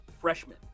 freshmen